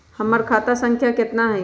हमर खाता संख्या केतना हई?